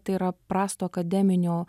tai yra prasto akademinio